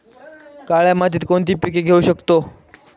काळ्या मातीत कोणती पिके घेऊ शकतो?